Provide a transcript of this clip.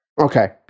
Okay